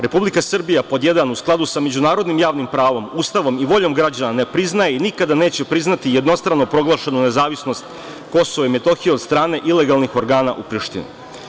Republika Srbija, pod jedan, u skladu sa Međunarodnim javnim pravom, Ustavom i voljom građana ne priznaje i nikada neće priznati jednostrano proglašenu nezavisnost Kosova i Metohije od strane ilegalnih organa u Prištini.